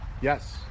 Yes